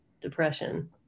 depression